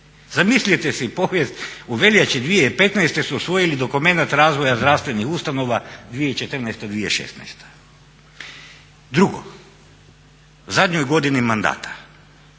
Zamislite si povijest, u veljači 2015. su usvojili dokumenat razvoja zdravstvenih ustanova 2014.-2016. Drugo, u zadnjoj godini mandata